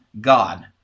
God